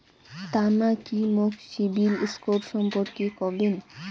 তমা কি মোক সিবিল স্কোর সম্পর্কে কবেন?